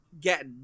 get